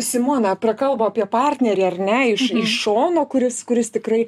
simona prakalbo apie partnerį ar ne iš šono kuris kuris tikrai